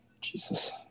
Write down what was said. Jesus